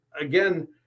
Again